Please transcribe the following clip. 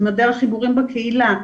דרך חיבורים בקהילה.